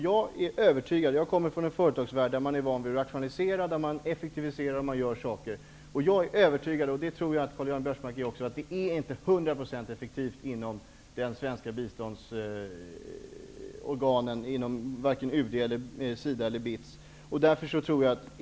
Jag kommer från en företagsvärld där man är van vid rationalisering och effektivisering, och jag är övertygad om -- det tror jag Karl-Göran Biörsmark är också -- att verksamheten inom de svenska biståndsorganen inte är hundraprocentigt effektiv, varken inom UD, SIDA eller BITS.